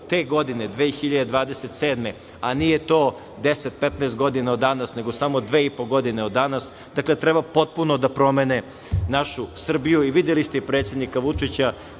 godine, a nije do 10, 15 godina od danas, nego samo dve i po godine od danas, dakle, treba potpuno da promene našu Srbiju i videli ste predsednika Vučića